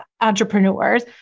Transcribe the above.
entrepreneurs